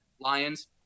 lions